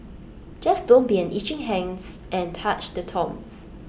just don't be an itchy hands and touch the tombs